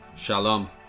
Shalom